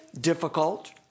difficult